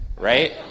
Right